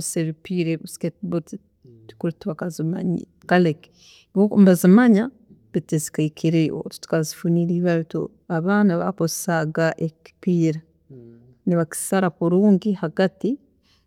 ﻿Ezebipiira tibakazimanyire, kare bo nibazimanya baitu tizikahikireyo, titukazifunire, baitu abaana ba’akozesaaga ebipiira, nibakisala kurungi hagati,